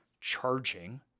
charging